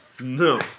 No